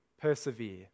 persevere